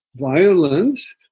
violence